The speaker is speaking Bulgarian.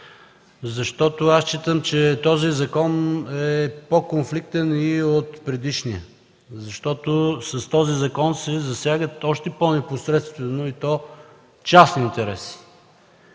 необходим. Считам, че този закон е по-конфликтен и от предишния, защото с този закон се засягат още по-непосредствено и то частни интереси.